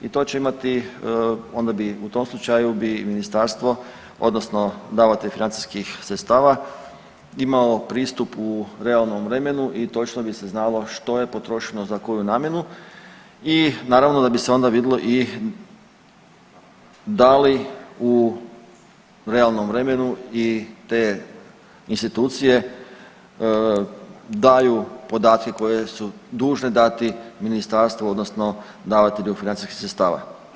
I to će imati, onda bi u tom slučaju bi ministarstvo odnosno davatelj financijskih sredstava imao pristup u realnom vremenu i točno bi se znalo što je potrošeno za koju namjenu i naravno da bi se onda vidjelo i da li u realnom vremenu i te institucije daju podatke koje su dužne dati ministarstvu, odnosno davatelju financijskih sredstava.